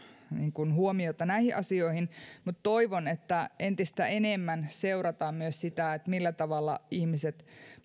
huomiota näihin asioihin mutta toivon että entistä enemmän seurataan myös sitä millä tavalla ihmiset